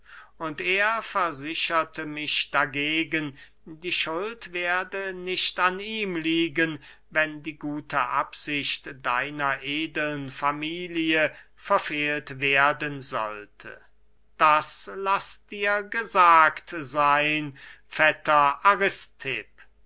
und er versicherte mich dagegen die schuld werde nicht an ihm liegen wenn die gute absicht deiner edeln familie verfehlt werden sollte das laß dir gesagt seyn vetter